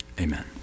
amen